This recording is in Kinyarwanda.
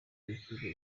n’ikipe